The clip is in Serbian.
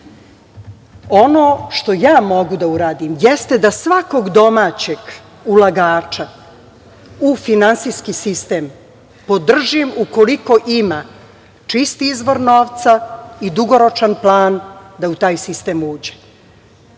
što ja mogu da uradim jeste da svakog domaćeg ulagača u finansijski sistem podržim ukoliko ima čist izbor novca i dugoročan plan da u taj sistem uđe.